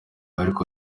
ariko